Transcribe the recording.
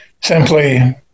simply